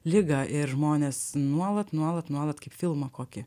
ligą ir žmonės nuolat nuolat nuolat kaip filmą kokį